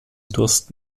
durst